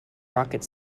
rocket